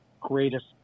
greatest